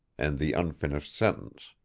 and the unfinished sentence.